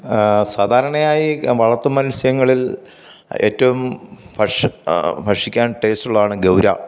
സാധാരണയായി വളർത്തു മത്സ്യങ്ങളിൽ ഏറ്റവും ഭക്ഷിക്കാൻ ടേസ്റ്റുള്ളതാണ് ഗൗര